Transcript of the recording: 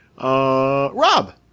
Rob